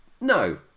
No